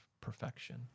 perfection